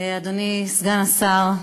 אדוני סגן השר,